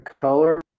color